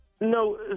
No